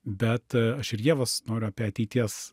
bet aš ir ievos noriu apie ateities